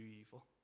evil